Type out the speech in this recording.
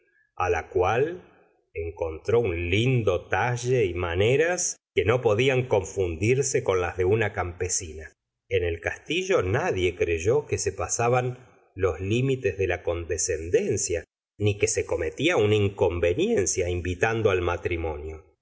emma la cual encontró un lindo talle y maneras que no podían confundirse con las de una campesina en el castillo nadie creyó que se pasaban los limites de la condescendencia ni que se cometía una inconveniencia invitando al matrimonio